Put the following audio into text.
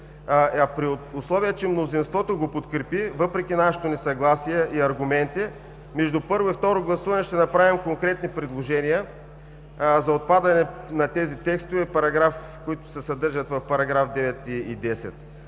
При условие, че мнозинството го подкрепи въпреки нашето несъгласие и аргументи, между първо и второ гласуване ще направим конкретни предложения за отпадане на текстовете, които се съдържат в § 9 и § 10.